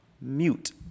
Mute